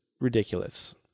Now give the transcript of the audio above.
ridiculous